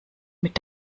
mit